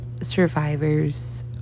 survivors